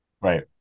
Right